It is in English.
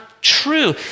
true